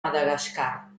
madagascar